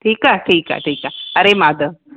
ठीकु आहे ठीकु आहे ठीकु आहे हरे माधव